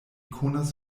konas